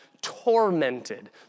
tormented